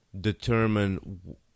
determine